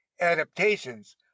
adaptations